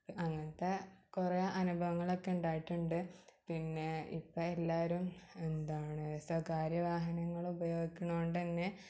അങ്ങനത്തെ കുറേ അനുഭവങ്ങളൊക്കെ ഉണ്ടായിട്ടുണ്ട് പിന്നേ ഇപ്പം എല്ലാവരും എന്താണ് സ്വകാര്യ വാഹനങ്ങളും ഉപയോഗിയ്ക്കണോണ്ടന്നെ